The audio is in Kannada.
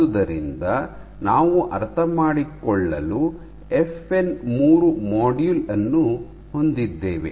ಆದುದರಿಂದ ನಾವು ಅರ್ಥಮಾಡಿಕೊಳ್ಳಲು ಎಫ್ಎನ್ 3 ಮಾಡ್ಯೂಲ್ ಅನ್ನು ಹೊಂದಿದ್ದೇವೆ